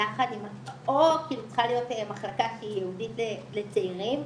או צריכה להיות מחלקה ייעודית לצעירים,